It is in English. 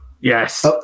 Yes